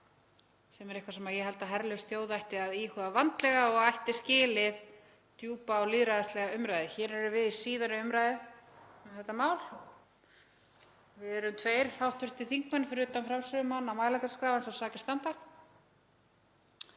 Það er eitthvað sem ég held að herlaus þjóð ætti að íhuga vandlega og ætti skilið djúpa og lýðræðislega umræðu. Hér erum við í síðari umræðu um þetta mál. Við erum tveir hv. þingmenn fyrir utan framsögumann á mælendaskrá eins og sakir standa.